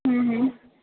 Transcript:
હમ હમ